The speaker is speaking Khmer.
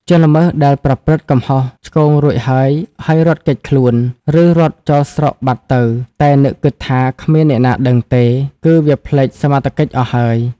ជនល្មើសដែលប្រព្រឹត្តកំហុសឆ្គងរួចហើយៗរត់គេចខ្លួន ឬរត់ចោលស្រុកបាត់ទៅ តែនឹកគិតថា គ្មានអ្នកណាដឹងទេ គឺវាភ្លេចសមត្ថកិច្ចអស់ហើយ ។